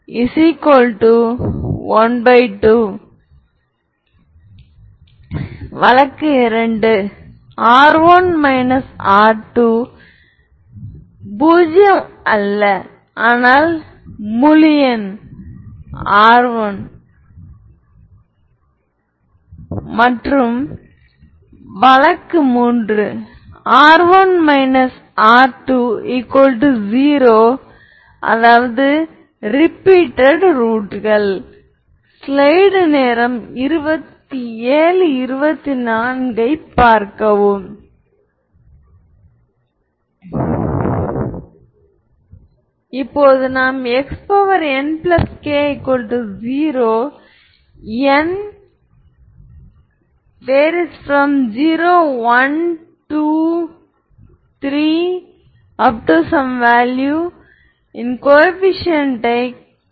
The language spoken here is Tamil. அது உண்மையான சமச்சீர் என்று நான் சொல்லவில்லை அதாவது உண்மையில் ஹெர்மீடியன் அது காம்ப்ளெக்ஸ் என்ட்ரி 2137 உங்களுக்கு காம்ப்ளெக்ஸ் என்ட்ரிகள் இருக்கலாம் இப்போது இடது புறம் உண்மையில் Av1 v2 1v1 v2 v1 Av2 v1 2v2 1 λ2ரியல் அல்லது 1v1 v2 v1 2v2 எந்த ஒரு ஐகென் மதிப்புகளும் உண்மையான ஒரு ஹெர்மிட்டியன் மேட்ரிக்ஸ் ஆக உள்ளது